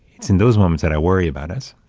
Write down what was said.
it's in those moments that i worry about us,